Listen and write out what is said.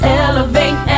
elevate